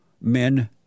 men